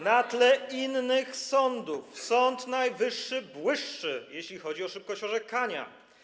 Na tle innych sądów Sąd Najwyższy błyszczy, jeśli chodzi o szybkość orzekania.